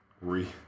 re